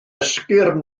esgyrn